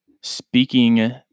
speaking